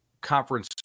conference